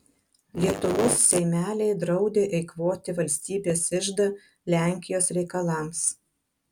lietuvos seimeliai draudė eikvoti valstybės iždą lenkijos reikalams